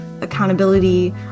accountability